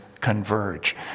Converge